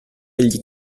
egli